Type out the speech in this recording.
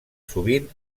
sovint